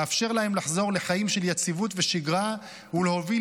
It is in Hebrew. לאפשר להם לחזור לחיים של יציבות ושגרה ולהוביל